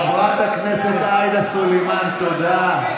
חברת הכנסת עאידה תומא סלימאן, תודה.